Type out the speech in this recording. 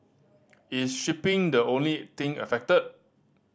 is shipping the only thing affected